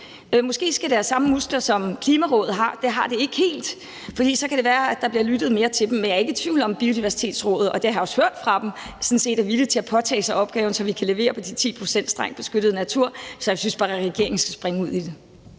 Måske skal det have samme muskler, som Klimarådet har – det har det ikke helt – for så kan det være, at der bliver lyttet mere til dem. Men jeg er ikke i tvivl om, at Biodiversitetsrådet – det har jeg også hørt fra dem – sådan set er villige til at påtage sig opgaven, så vi kan levere på de 10 pct. strengt beskyttet natur. Så jeg synes bare, at regeringen skal springe ud i det.